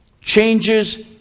changes